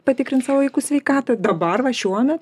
patikrint savo vaikų sveikatą dabar va šiuome